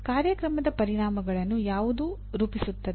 ಕಾರ್ಯಕ್ರಮದ ಪರಿಣಾಮಗಳನ್ನು ಯಾವುದು ರೂಪಿಸುತ್ತದೆ